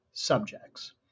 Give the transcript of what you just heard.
subjects